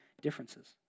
differences